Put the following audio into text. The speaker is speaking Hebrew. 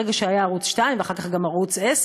ברגע שהיה ערוץ 2 ואחר כך ערוץ 10?